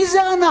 מי זה "אנחנו"?